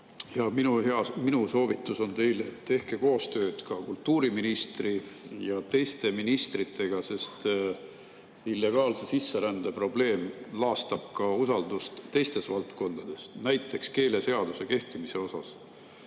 Minu soovitus on teile, et tehke koostööd ka kultuuriministri ja teiste ministritega, sest illegaalse sisserände probleem laastab ka usaldust teistes valdkondades, näiteks keeleseaduse kehtimise mõttes.